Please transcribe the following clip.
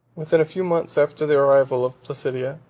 within a few months after the arrival of placidia,